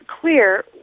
clear